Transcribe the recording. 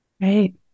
Right